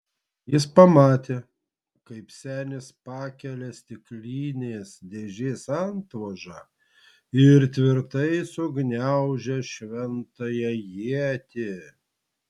jis pamatė kaip senis pakelia stiklinės dėžės antvožą ir tvirtai sugniaužia šventąją ietį